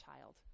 child